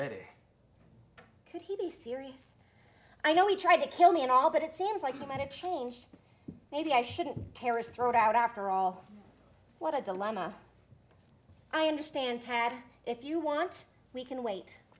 ready could he be serious i know he tried to kill me and all but it seems like a minute change maybe i shouldn't terrorist throw it out after all what a dilemma i understand tad if you want we can wait